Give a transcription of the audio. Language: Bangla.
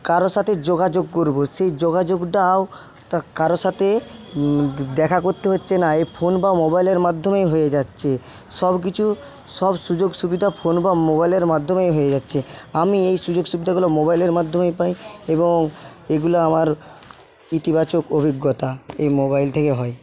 কারও সাথে যোগাযোগ করব সেই যোগাযোগটাও কারও সাথে দেখা করতে হচ্ছে না এই ফোন বা মোবাইলের মাধ্যমেই হয়ে যাচ্ছে সবকিছু সব সুযোগ সুবিধা ফোন বা মোবাইলের মাধ্যমেই হয়ে যাচ্ছে আমি এই সুযোগসুবিধাগুলো মোবাইলের মাধ্যমেই পাই এবং এগুলো আমার ইতিবাচক অভিজ্ঞতা এই মোবাইল থেকে হয়